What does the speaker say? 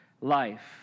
life